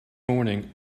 morning